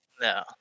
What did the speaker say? No